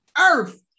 earth